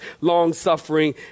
long-suffering